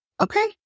okay